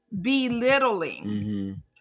belittling